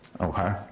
Okay